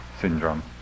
syndrome